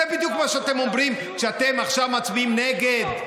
זה בדיוק מה שאתם אומרים כשאתם עכשיו מצביעים נגד.